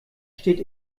steht